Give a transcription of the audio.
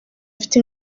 mfite